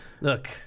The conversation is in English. Look